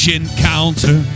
encounter